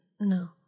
No